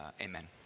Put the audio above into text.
Amen